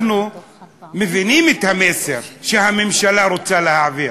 אנחנו מבינים את המסר שהממשלה רוצה להעביר,